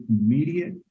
immediate